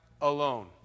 alone